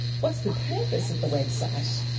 what's the purpose of the website?